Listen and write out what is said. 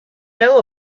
know